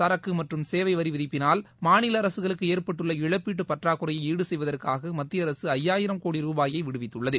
சரக்கு மற்றும் சேவை வரி விதிப்பிளால் மாநில அரசுகளுக்கு ஏற்பட்டுள்ள இழப்பீட்டு பற்றாக்குறையை ஈடு செய்வதற்காக மத்திய அரசு ஐயாயிரம் கோடி ரூபானய விடுவித்துள்ளது